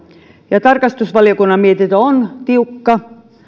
ja tarkastusvaliokunnan mietintö on tiukka